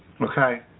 okay